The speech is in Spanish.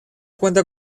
cuenta